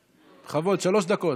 בכבוד, שלוש דקות.